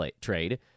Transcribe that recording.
trade